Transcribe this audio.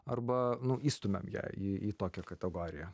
arba nu įstumiam ją į į tokią kategoriją